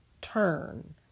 turn